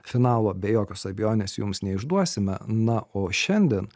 finalo be jokios abejonės jums neišduosime na o šiandien